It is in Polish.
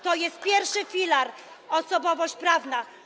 To jest pierwszy filar, osobowość prawna.